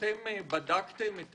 האם בדקתם את